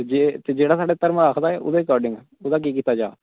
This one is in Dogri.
ते जेह्ड़ा साढ़े धर्म दे अकार्डिंग ओह्दा केह् कीता जा